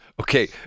Okay